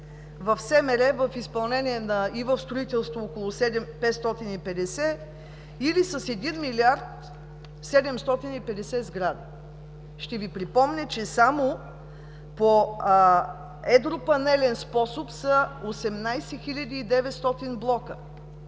работи, в изпълнение, и в строителство около 550 или с един милиард и 750 хиляди сгради. Ще Ви припомня, че само по едропанелен способ са 18 900 блока.